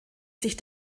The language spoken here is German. sich